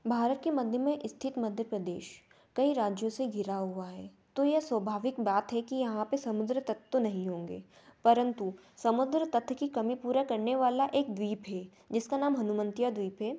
भारत के मध्य में स्थित मध्य प्रदेश कई राज्यों से घिरा हुआ है तो यह स्वाभाविक बात है कि यहाँ पे समुद्र तट तो नहीं होंगे परंतु समुद्र तट की कमी पूरा करने वाला एक द्वीप है जिसका नाम हनुमंतिया द्वीप है